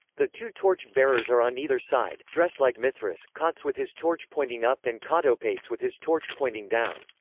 the two torch-bearers are on either side, dressed like mithras, cautes with his torch pointing up and cautopates with his torch pointing down.